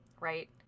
right